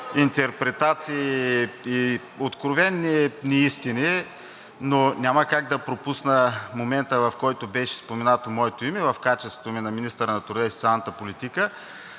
интерпретации и откровени неистини, но няма как да пропусна момента, в който беше споменато моето име в качеството ми на министър на труда и социалната политика,